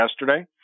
yesterday